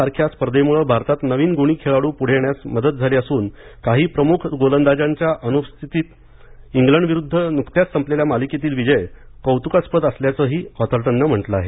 सारख्या स्पर्धेमुळे भारतात नवीन गुणी खेळाडू पुढे येण्यास मदत झाली असून काही प्रमुख गोलंदाजांच्या अनुपस्थितीत इंग्लंडविरुद्ध नुकत्याच संपलेल्या मालिकेतील विजय कौतुकास्पद असल्याचे ऑथरटनने म्हंटले आहे